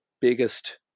biggest